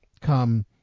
come